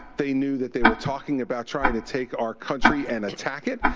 they knew that they were talking about trying to take our country and attack it.